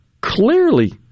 clearly